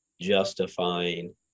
justifying